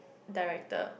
director